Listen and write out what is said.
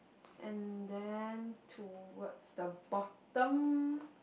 and then towards the bottom